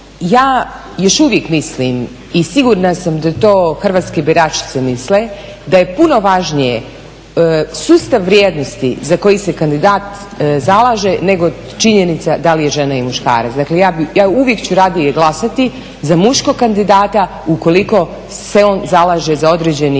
ja još uvijek mislim i sigurna sam da to hrvatske biračice misle da je puno važnije sustav vrijednosti za koji se kandidat zalaže nego činjenica da li je žena ili muškarac. Dakle ja uvijek ću radije glasati za muškog kandidata ukoliko se on zalaže za određeni